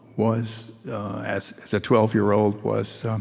was as as a twelve year old, was,